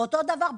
ואותו דבר,